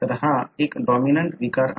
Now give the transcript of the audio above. तर हा एक डॉमिनंट विकार आहे